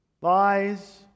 lies